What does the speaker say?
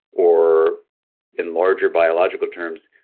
or in larger biological terms,